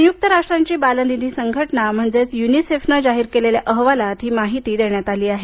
संयुक्त राष्ट्रांची बालनिधी संघटना म्हणजेच युनिसेफने जाहीर केलेल्या अहवालात ही माहिती देण्यात आली आहे